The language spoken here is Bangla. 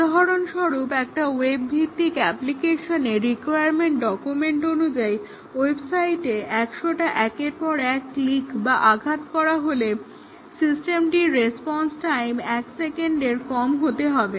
উদাহরণস্বরূপ একটা ওয়েবভিত্তিক অ্যাপ্লিকেশনের ক্ষেত্রে রিকোয়ারমেন্ট ডকুমেন্ট অনুযায়ী ওয়েবসাইটে 100 টা একের পর এক ক্লিক বা আঘাত করা হলে সিস্টেমটির রেসপন্স টাইম এক সেকেন্ডের কম হতে হবে